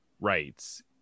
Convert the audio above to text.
rights